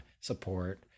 support